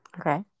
Okay